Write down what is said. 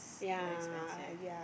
very expensive